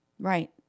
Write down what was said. Right